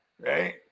right